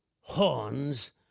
horns